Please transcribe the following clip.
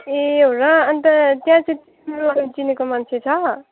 ए हो र अन्त त्यहाँ चाहिँ तिम्रो चिनेको मान्छे छ